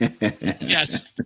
Yes